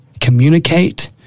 communicate